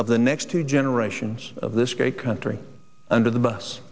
of the next two generations of this great country under the bus